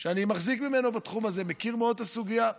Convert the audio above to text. שאני מחזיק ממנו בתחום הזה ומכיר מאוד את הסוגיה,